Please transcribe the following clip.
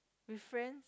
with friends